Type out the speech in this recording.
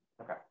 Okay